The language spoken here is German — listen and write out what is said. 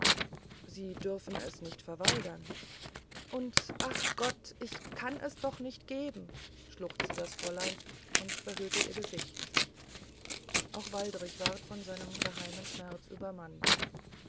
sie dürfen es nicht verweigern und ach gott ich kann es doch nicht geben schluchzte das fräulein und verhüllte ihr gesicht auch waldrich ward von seinem geheimen schmerz übermannt